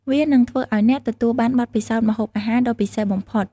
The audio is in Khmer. វានឹងធ្វើឱ្យអ្នកទទួលបានបទពិសោធន៍ម្ហូបអាហារដ៏ពិសេសបំផុត។